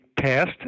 passed